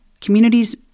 Communities